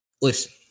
Listen